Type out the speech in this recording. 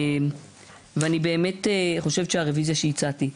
אני באמת חושבת שהרוויזיה שהצעתי,